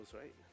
right